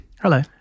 Hello